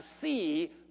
see